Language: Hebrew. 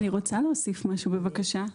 אני רוצה להוסיף משהו בבקשה.